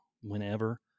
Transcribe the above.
whenever